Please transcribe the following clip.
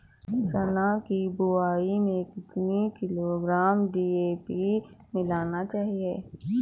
चना की बुवाई में कितनी किलोग्राम डी.ए.पी मिलाना चाहिए?